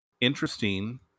interesting